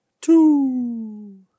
Two